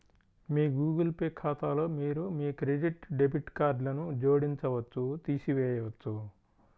మీ Google Pay ఖాతాలో మీరు మీ క్రెడిట్, డెబిట్ కార్డ్లను జోడించవచ్చు, తీసివేయవచ్చు